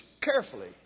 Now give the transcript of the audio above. carefully